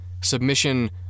submission